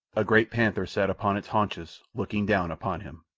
a great panther sat upon its haunches, looking down upon him.